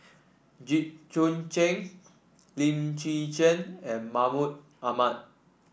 Jit Joon Ch'ng Lim Chwee Chian and Mahmud Ahmad